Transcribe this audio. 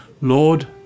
Lord